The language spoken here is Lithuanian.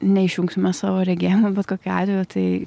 neišjungsime savo regėjimo bet kokiu atveju tai